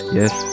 Yes